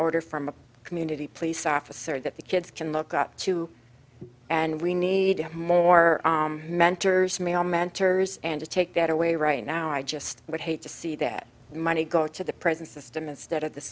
order from the community police officer that the kids can look up to and we need more mentors male mentors and to take that away right now i just would hate to see that money go to the present system instead of the